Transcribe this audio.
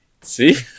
See